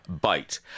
Bite